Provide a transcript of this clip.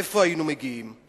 לאן היינו מגיעים?